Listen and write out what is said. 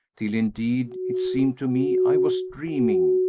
till indeed it seemed to me i was dreaming,